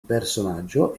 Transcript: personaggio